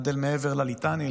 עד אל מעבר לליטני,